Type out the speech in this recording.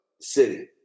city